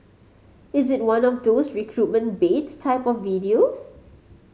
is it one of those recruitment bait type of videos